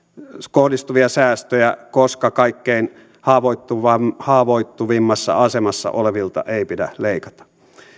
kohdistuvia säästöjä koska kaikkein haavoittuvimmassa haavoittuvimmassa asemassa olevilta ei pidä leikata